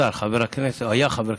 השר, היה חבר כנסת.